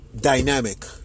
dynamic